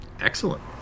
Excellent